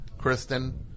Kristen